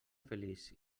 feliç